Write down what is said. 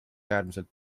äärmiselt